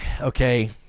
okay